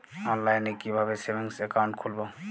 অনলাইনে কিভাবে savings account খুলবো?